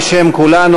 בשם כולנו,